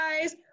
guys